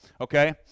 Okay